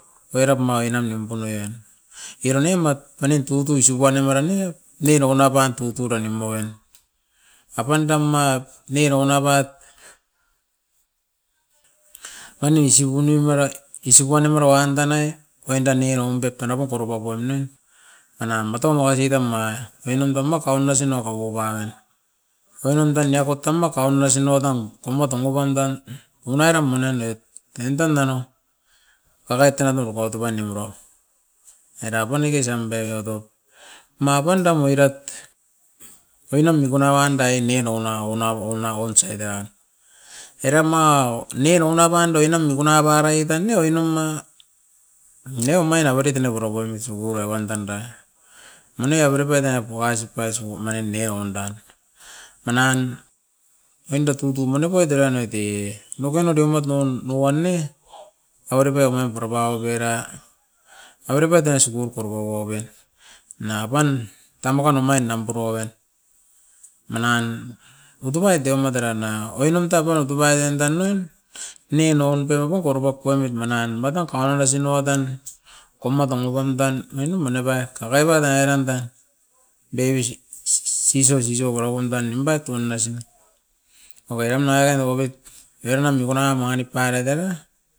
Oirat maira nimpu noven eran nemat tanin tutui tsugu a ne mara ne, ni rogon apan tutui ra nimouen. Apan dan mat ne roun abat anui sigunuin marat isop wan i mara wan danai, oin danai raun bek tanai iro bo porobo po ne, anai maton noua sitam ma rinon mo makau nasina kau wau ain. Oin nan tan niako tan makau nasinoa tam tomoa tomoa apan tan unaira mananet en tan enau karait tan ane papato paniuro. Era pan diki sem begero, mapan dam oirat, oinan mikuna wan dain nien ouna ouna ouna oun osai daran. Era manien ounaban oin nan mikuna parait anei oin ama ne omain a parait ena goro goim i tsuguna wan danda, mani avere pait ena ko ais isop aisu omain neo ondan. Manan oin da tutu manapoit era noit e, nongoina diomat non nouan ne, avere pai omait na avere apaup era, avere pait era skul korogogove naban tamogo nomain am puru aven manan utuai deo oma derana oinam tagoro dubainen danan nien noun perogo goropo poimit manan. Matan koiropo sinouat en komatong ovam tan oinu maneba kabaibara eram tan baby siso siso wara wan tan nimpa tuinasina. Oi eram nanga tan oviat era nan mikuna manip parait era.